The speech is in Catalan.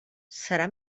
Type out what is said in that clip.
serà